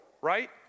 right